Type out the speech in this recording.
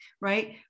right